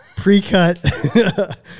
Pre-cut